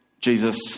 jesus